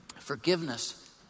Forgiveness